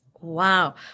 Wow